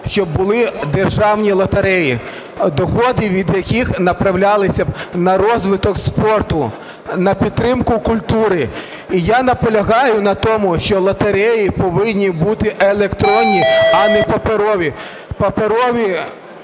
щоб були державні лотереї, доходи від яких направлялися б на розвиток спорту, на підтримку культури. Я наполягаю на тому, що лотереї повинні бути електронні, а не паперові.